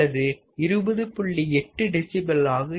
8 dB ஆகும்